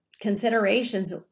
considerations